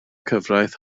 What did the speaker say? cyfraith